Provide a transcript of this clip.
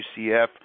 UCF